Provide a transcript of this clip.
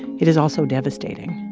it is also devastating.